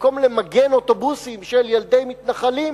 במקום למגן אוטובוסים של ילדי מתנחלים,